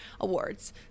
awards